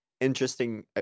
interesting